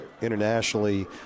internationally